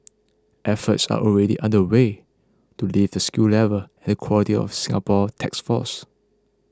efforts are already underway to lift the skill level and quality of Singapore techs force